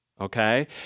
okay